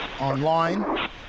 online